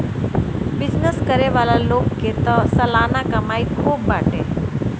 business करे वाला लोग के तअ सलाना कमाई खूब बाटे